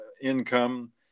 income